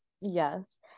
Yes